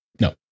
no